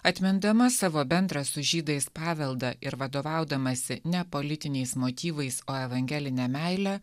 atmindama savo bendrą su žydais paveldą ir vadovaudamasi ne politiniais motyvais o evangeline meile